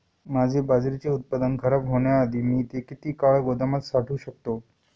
माझे बाजरीचे उत्पादन खराब होण्याआधी मी ते किती काळ गोदामात साठवू शकतो?